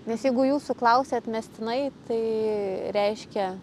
nes jeigu jūsų klausia atmestinai tai reiškia